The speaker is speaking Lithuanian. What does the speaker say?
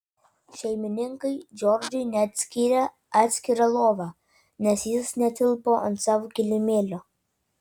šeimininkai džordžui net skyrė atskirą lovą nes jis netilpo ant savo kilimėlio